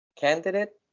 candidate